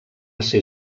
ser